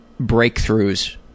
breakthroughs